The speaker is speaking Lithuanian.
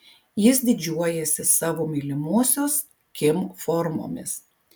jis didžiuojasi savo mylimosios kim formomis